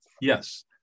Yes